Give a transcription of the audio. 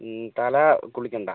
തല കുളിക്കേണ്ട